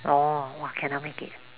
orh !wah! cannot make it